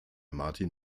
martin